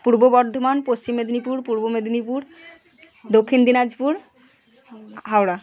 পূর্ব বর্ধমান পশ্চিম মেদিনীপুর পূর্ব মেদিনীপুর দক্ষিণ দিনাজপুর হাওড়া